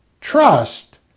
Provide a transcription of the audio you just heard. trust